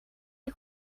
les